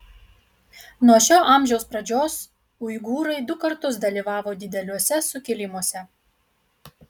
nuo šio amžiaus pradžios uigūrai du kartus dalyvavo dideliuose sukilimuose